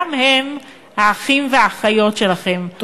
גם הם האחים והאחיות שלכם,